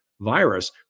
virus